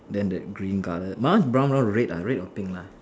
then the green colour my one is brown brown red ah red or pink lah